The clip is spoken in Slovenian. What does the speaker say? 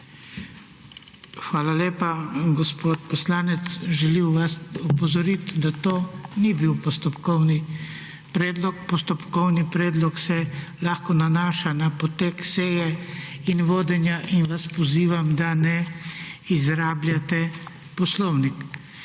Hvala lepa. Gospod poslanec, želim vas opozoriti, da to ni bil postopkovni predlog. Postopkovni predlog se lahko nanaša na potek seje in vodenja in vas pozivam, da ne izrabljate poslovnik.